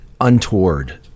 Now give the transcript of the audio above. untoward